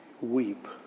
weep